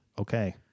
Okay